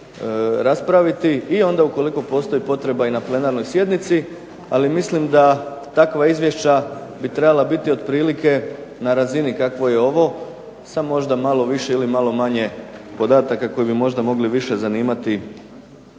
raspraviti i onda ukoliko postoji potreba i na plenarnoj sjednici, ali mislim da takva izvješća bi trebala biti otprilike na razini kakvoj je i ovo samo možda malo više ili manje podataka koji bi mogli više zanimati